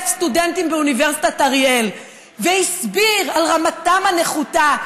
סטודנטים באוניברסיטת אריאל והסביר על רמתם הנחותה.